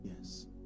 Yes